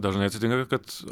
dažnai atsitinka kad